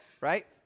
Right